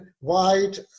wide